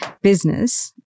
business